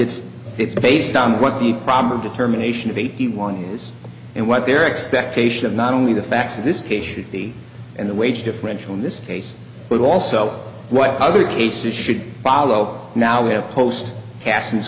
it's it's based on what the problem determination of eighty one is and what their expectation of not only the facts of this case should be and the wage differential in this case but also what other cases should follow now we have post cas